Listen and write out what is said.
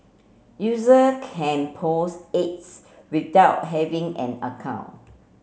user can post ads without having an account